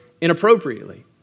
inappropriately